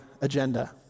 agenda